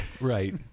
Right